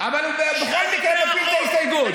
אבל הוא בכל מקרה מפיל את ההסתייגות.